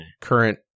current